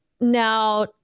now